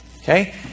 Okay